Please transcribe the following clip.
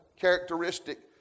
characteristic